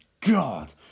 God